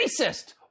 racist